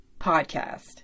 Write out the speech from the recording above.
podcast